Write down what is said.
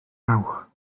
dawch